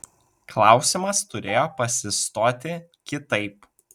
klausimas turėjo pasistoti kitaip